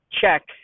check